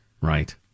Right